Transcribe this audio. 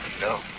No